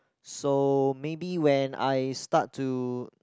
so maybe when I start to